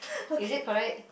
is it correct